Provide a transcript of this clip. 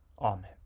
Amen